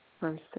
verse